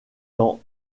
temps